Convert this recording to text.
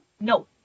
No